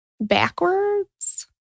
backwards